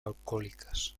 alcohólicas